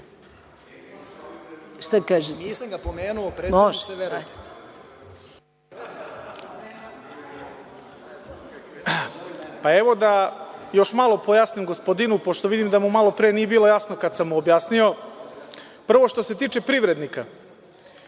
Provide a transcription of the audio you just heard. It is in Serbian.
**Marko Gavrilović** Evo da još malo pojasnim gospodinu, pošto vidim da mu malopre nije bilo jasno, kada sam mu objasnio. Prvo, što se tiče privrednika,